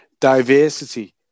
diversity